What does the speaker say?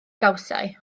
gawsai